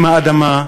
אימא אדמה,